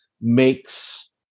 makes